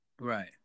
Right